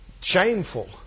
shameful